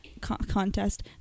contest